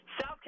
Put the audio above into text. South